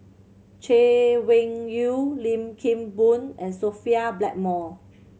Chay Weng Yew Lim Kim Boon and Sophia Blackmore